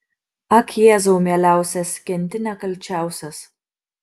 ak jėzau mieliausias kenti nekalčiausias